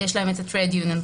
יש להם את ה-trade union,